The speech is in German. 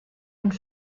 und